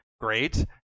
great